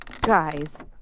Guys